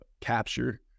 capture